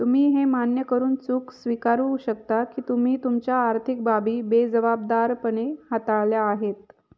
तुम्ही हे मान्य करून चूक स्वीकारू शकता की तुम्ही तुमच्या आर्थिक बाबी बेजबाबदारपणे हाताळल्या आहेत